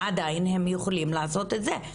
עדיין הם יכולים לעשות את זה.